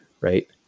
Right